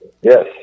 Yes